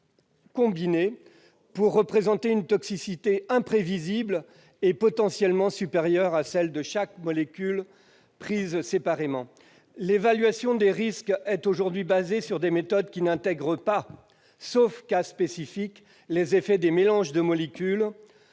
combiner pour représenter une toxicité imprévisible et potentiellement supérieure à celle de chaque molécule prise séparément. L'évaluation des risques est aujourd'hui fondée sur des méthodes qui n'intègrent pas, sauf cas spécifiques, les effets des mélanges de molécules,